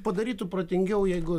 padarytų protingiau jeigu